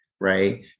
right